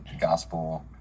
gospel